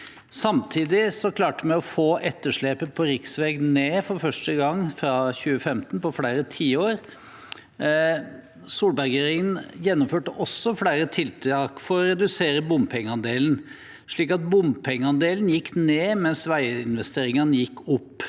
Samtidig klarte vi å få etterslepet på riksvei ned fra 2015, for første gang på flere tiår. Solberg-regjeringen gjennomførte også flere tiltak for å redusere bompengeandelen, slik at bompengeandelen gikk ned, mens veiinvesteringene gikk opp.